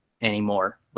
anymore